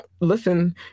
listen